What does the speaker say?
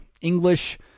english